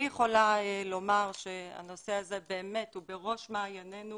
אני יכולה לומר שהנושא הזה באמת בראש מעיינינו